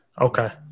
Okay